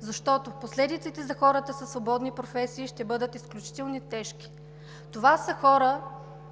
Защото последиците за хората със свободни професии ще бъдат изключително тежки. Това са хора,